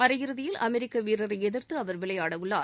அரையிறுதியில் அமெரிக்க வீரரை எதிர்த்து அவர் விளையாடவுள்ளார்